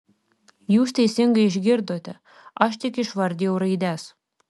jūs teisingai išgirdote aš tik išvardijau raides